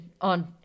on